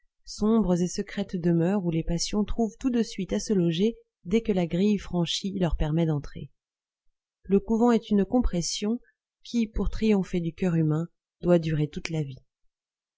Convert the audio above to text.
sombres et secrètes demeures où les passions trouvent tout de suite à se loger dès que la grille franchie leur permet d'entrer le couvent est une compression qui pour triompher du coeur humain doit durer toute la vie